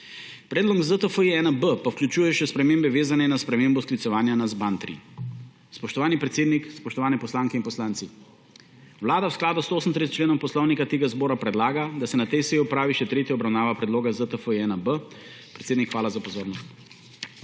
Predlog ZTFI-1B pa vključuje še spremembe, vezane na spremembo sklicevanja na ZBan-3. Spoštovani predsednik, spoštovane poslanke in poslanci! Vlada v skladu s 138. členom Poslovnika Državnega zbora predlaga, da se na tej seji opravi še tretja obravnava Predloga ZTFI-1B. Predsednik, hvala za pozornost.